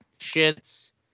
shit's